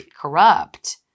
corrupt